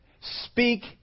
Speak